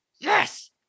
yes